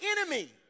enemy